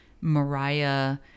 Mariah